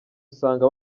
usanga